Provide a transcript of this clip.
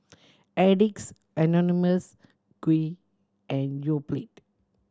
Addicts Anonymous Qoo and Yoplait